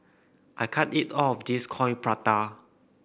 I can't eat all of this Coin Prata